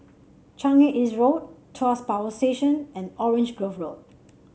Changi East Road Tuas Power Station and Orange Grove Road